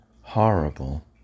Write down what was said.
horrible